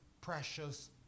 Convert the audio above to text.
precious